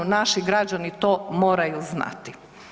Naši građani to moraju znati.